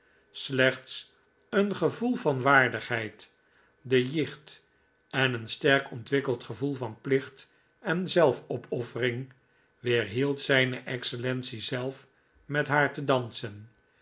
slechts een gevoel van waardigheid de jicht en een sterk ontwikkeld gevoel van plicht en zelfopoffering weerhield zijne excellentie zelf met haar te dansen